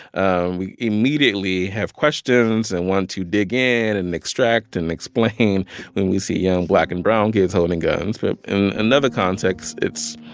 we immediately have questions and want to dig in and extract and explain when we see young black and brown kids holding guns. but in another context, it's,